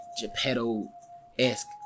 Geppetto-esque